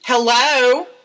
Hello